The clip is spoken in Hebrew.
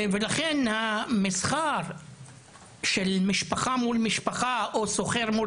ולכן המסחר של משפחה מול משפחה או סוחר מול